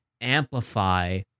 amplify